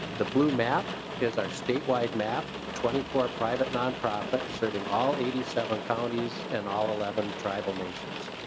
the blue map is our statewide map twenty four private nonprofit serving all eighty seven counties in all eleven tribal nations.